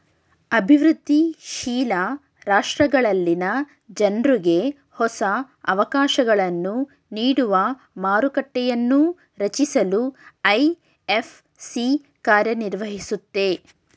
ಅಭಿವೃದ್ಧಿ ಶೀಲ ರಾಷ್ಟ್ರಗಳಲ್ಲಿನ ಜನ್ರುಗೆ ಹೊಸ ಅವಕಾಶಗಳನ್ನು ನೀಡುವ ಮಾರುಕಟ್ಟೆಯನ್ನೂ ರಚಿಸಲು ಐ.ಎಫ್.ಸಿ ಕಾರ್ಯನಿರ್ವಹಿಸುತ್ತೆ